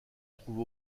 trouve